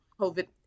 COVID